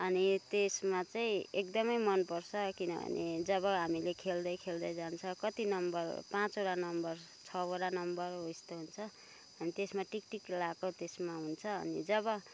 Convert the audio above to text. अनि त्यसमा चाहिँ एकदमै मनपर्छ किनभने जब हामीले खेल्दै खेल्दै जान्छ कति नम्बर पाँचवटा नम्बर छवटा नम्बर हो यस्तो हुन्छ अनि त्यसमा टिकटिक लगाएको त्यसमा हुन्छ अनि जब